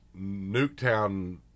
Nuketown